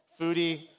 foodie